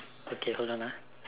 okay hold on ah